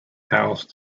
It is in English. house